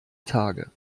tage